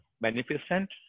beneficent